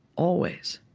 always